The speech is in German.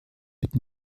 mit